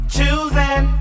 Choosing